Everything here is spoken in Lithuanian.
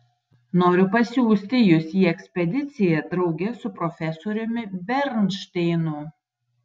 noriu pasiųsti jus į ekspediciją drauge su profesoriumi bernšteinu